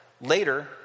Later